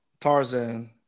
Tarzan